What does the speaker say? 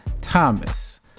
thomas